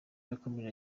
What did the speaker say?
yakomeje